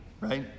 right